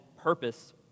purpose